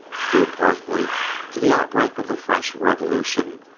due partly to the outbreak of the french revolution,